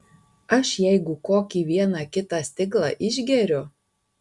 aš jeigu kokį vieną kitą stiklą išgeriu